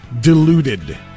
deluded